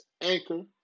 Anchor